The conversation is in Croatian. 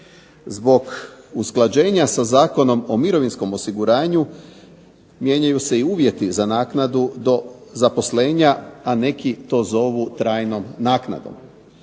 Zbog usklađenja sa Zakonom o mirovinskom osiguranju mijenjaju se i uvjeti za naknadu do zaposlenja, a neki to zovu trajnom naknadom.